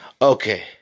Okay